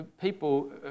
people